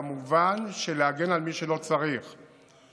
במובן של להגן על מי שלא צריך להגן עליו.